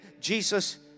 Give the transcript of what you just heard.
Jesus